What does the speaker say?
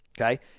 okay